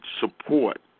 support